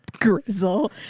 grizzle